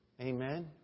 Amen